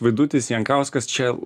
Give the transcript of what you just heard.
vaidutis jankauskas čia